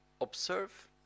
observe